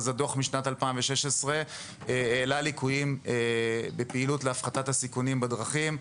הדוח משנת 2016 העלה ליקויים בפעילות להפחתת הסיכונים בדרכים.